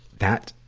that,